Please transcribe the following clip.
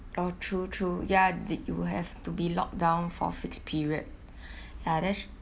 oh true true ya did you have to be locked down for fixed period ya that sh~